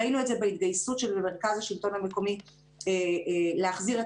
ראינו את זה בהתגייסות של מרכז השלטון המקומי להחזיר את